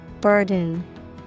Burden